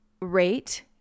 rate